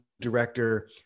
director